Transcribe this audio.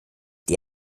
die